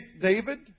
David